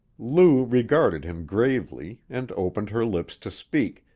lou regarded him gravely, and opened her lips to speak,